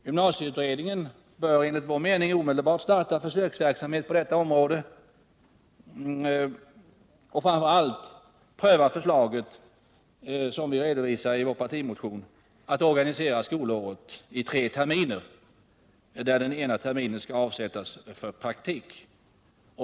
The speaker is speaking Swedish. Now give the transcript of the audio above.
Gymnasieutredningen bör enligt vår mening omedelbart starta försöksverksamhet på detta område och framför allt pröva förslaget i partimotionen om att organisera skolåret i tre terminer, där en termin skall avsättas för praktik.